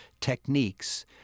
techniques